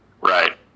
Right